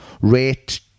rate